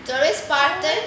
doris parton